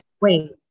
wait